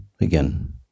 again